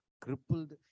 crippled